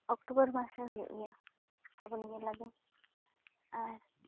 October ᱢᱟᱥ ᱨᱮ ᱦᱩᱭᱩᱜ ᱜᱮᱭᱟ ᱥᱨᱟᱵᱚᱱᱤ ᱢᱮᱞᱟ ᱫᱚ ᱟᱨ